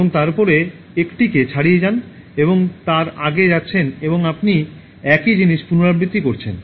এবং তারপরে একটিকে ছাড়িয়ে যান এবং তার আগে যাচ্ছেন এবং আপনি একই জিনিস পুনরাবৃত্তি করছেন